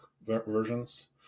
versions